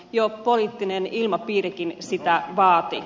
jo poliittinen ilmapiirikin sitä vaati